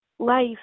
life